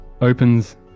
opens